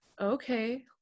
okay